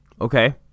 Okay